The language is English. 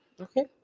Okay